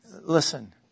listen